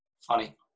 Funny